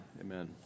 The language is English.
amen